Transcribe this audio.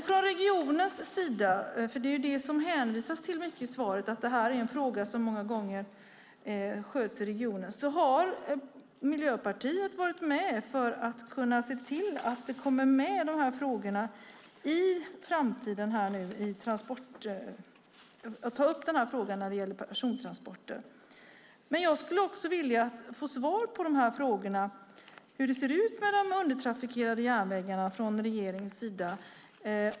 Från regionens sida - det är ju det som det hänvisas mycket till i svaret, att det här är en fråga som många gånger sköts i regionen - har Miljöpartiet varit med för att se till att frågan om persontransporter kommer att tas upp i framtiden. Jag skulle vilja få svar på hur det ser ut med de undertrafikerade järnvägarna från regeringens sida.